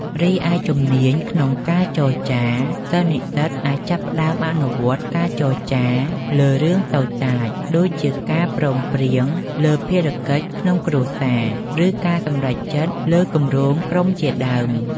រីឯ ជំនាញក្នុងការចរចា សិស្សនិស្សិតអាចចាប់ផ្តើមអនុវត្តការចរចាលើរឿងតូចតាច ដូចជាការព្រមព្រៀងលើភារកិច្ចក្នុងគ្រួសារ ឬការសម្រេចចិត្តលើគម្រោងក្រុមជាដើម។